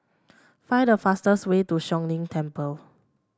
find the fastest way to Siong Lim Temple